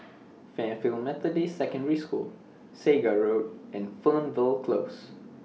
Fairfield Methodist Secondary School Segar Road and Fernvale Close